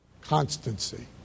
constancy